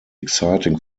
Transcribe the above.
exciting